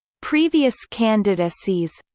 previous candidacies